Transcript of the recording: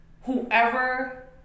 whoever